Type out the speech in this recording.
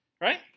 right